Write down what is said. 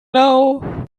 now